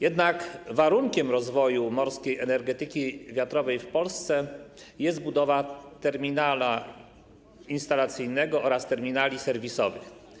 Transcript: Jednak warunkiem rozwoju morskiej energetyki wiatrowej w Polsce jest budowa terminala instalacyjnego oraz terminali serwisowych.